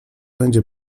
będzie